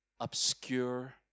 obscure